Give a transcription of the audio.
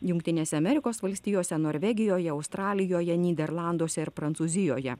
jungtinėse amerikos valstijose norvegijoje australijoje nyderlanduose ir prancūzijoje